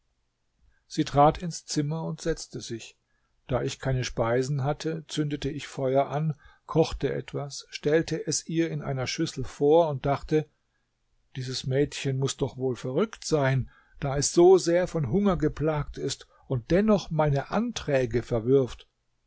sie trat ins zimmer und setzte sich da ich keine speisen hatte zündete ich feuer an kochte etwas stellte es ihr in einer schüssel vor und dachte dieses mädchen muß doch wohl verrückt sein da es so sehr von hunger geplagt ist und dennoch meine anträge verwirft